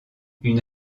une